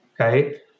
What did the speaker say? okay